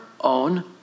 own